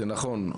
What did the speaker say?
זה נכון,